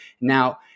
Now